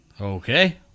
Okay